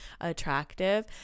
attractive